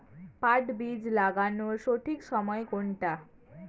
পাট বীজ লাগানোর সঠিক সময় কোনটা?